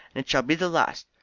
and it shall be the last.